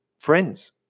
friends